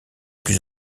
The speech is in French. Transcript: plus